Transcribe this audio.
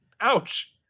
ouch